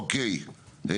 אוקיי.